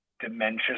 dementia